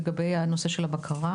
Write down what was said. לדבר לגבי הנושא של הבקרה.